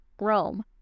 Rome